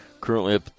Currently